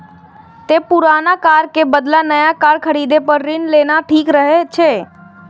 तें पुरान कार के बदला नया कार खरीदै पर ऋण लेना ठीक रहै छै